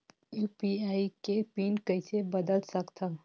UPI के PIN कइसे बदल सकथव?